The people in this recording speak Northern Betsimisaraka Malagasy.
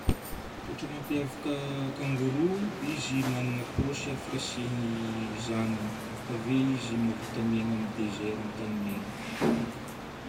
Toetra mampiavaka kangourou, izy magnana paosy afaka asiany zanany. Ave izy mahavita miaina amin'ny dezera amin'ny tany maigna.